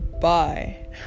bye